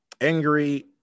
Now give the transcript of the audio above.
angry